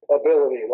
ability